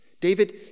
David